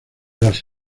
las